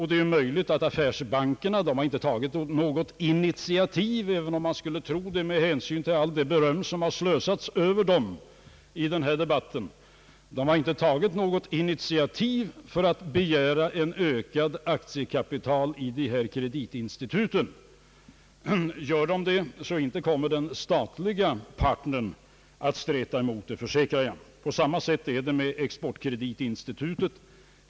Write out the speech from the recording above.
Det är möjligt att affärsbankerna inte har tagit något initiativ — även om man skulle tro det med hänsyn till allt det beröm som har slösats över dem i denna debatt — för att begära ett ökat aktiekapital i dessa kreditinstitut. Om de gör det, kommer inte den statliga partnern att streta emot, det försäkrar jag. På samma sätt är det med exportkreditinstitutet.